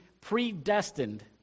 predestined